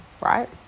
right